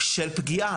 של פגיעה,